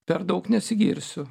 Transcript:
per daug nesigirsiu